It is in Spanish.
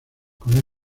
con